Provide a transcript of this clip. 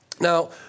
Now